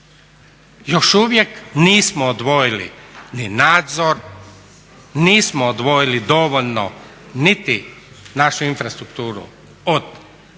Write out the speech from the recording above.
Još uvijek nismo odvojili ni nadzor, nismo odvojili dovoljno niti našu infrastrukturu od